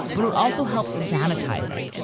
but it also helped sanitize it.